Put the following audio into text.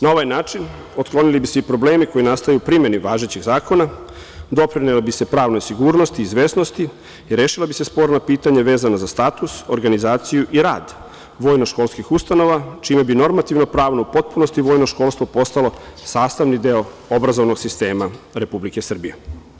Na ovaj način otklonili bi se i problemi koji nastaju u primeni važećih zakona, doprinelo bi se pravnoj sigurnosti, izvesnosti i rešila bi se sporna pitanja vezano za status, organizaciju i rad vojno školskih ustanova, čime bi normativno pravno u potpunosti vojno školstvo postalo sastavni deo obrazovnog sistema Republike Srbije.